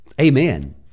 Amen